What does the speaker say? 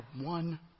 one